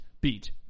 beat